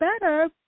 better